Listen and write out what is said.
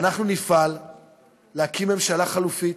אנחנו נפעל להקים ממשלה חלופית,